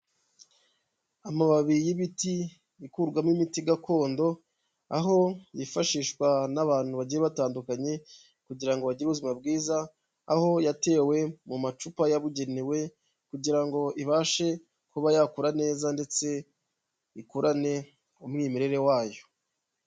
Amababi y'ibiti ikurwamo imiti gakondo, aho yifashishwa n'abantu bagiye batandukanye kugira ngo bagire ubuzima bwiza, aho yatewe mu macupa yabugenewe kugira ngo ibashe kuba yakura neza ndetse ikurane umwimerere wayo.